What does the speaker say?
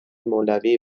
مولوی